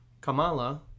Kamala